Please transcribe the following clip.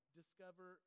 discover